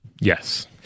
Yes